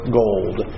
gold